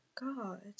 God